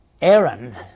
Aaron